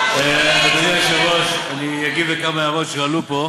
אדוני היושב-ראש, אני אגיב לכמה הערות שהועלו פה.